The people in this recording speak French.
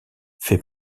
fait